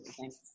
Thanks